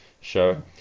show